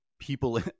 people